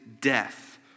death